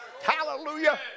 Hallelujah